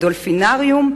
בדולפינריום?